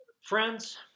Friends